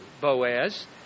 Boaz